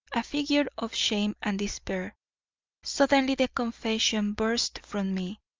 a figure of shame and despair suddenly the confession burst from me.